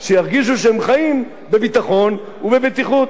שירגישו שהם חיים בביטחון ובבטיחות.